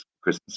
christmas